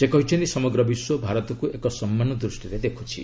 ସେ କହିଛନ୍ତି ସମଗ୍ର ବିଶ୍ୱ ଭାରତକୁ ଏକ ସମ୍ମାନ ଦୃଷ୍ଟିରେ ଦେଖୁଛି